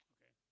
Okay